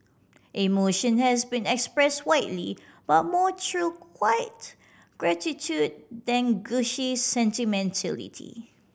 emotion has been expressed widely but more through quiet gratitude than gushy sentimentality